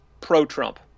pro-Trump